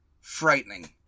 frightening